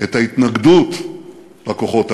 את ההתנגדות לכוחות הללו.